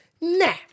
Nah